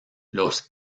los